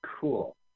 cool